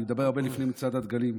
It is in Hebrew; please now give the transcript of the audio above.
אני מדבר הרבה לפני מצעד הדגלים,